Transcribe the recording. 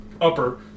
upper